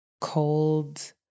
cold